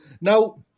Now